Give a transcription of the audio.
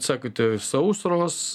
sakote sausros